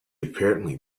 apparently